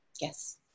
Yes